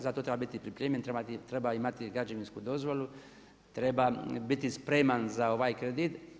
Za to treba biti pripremljen, treba imati građevinsku dozvolu, treba biti spreman za ovaj kredit.